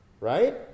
right